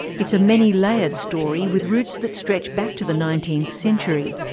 it's a many-layered story with roots that stretch back to the nineteenth century,